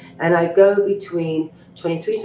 and i go between twenty three,